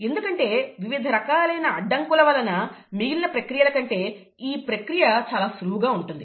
ఎందుకంటే వివిధ రకాలైన అడ్డంకుల వలన మిగిలిన ప్రక్రియల కంటే ఈ ప్రక్రియ చాలా సులువుగా ఉంటుంది